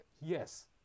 yes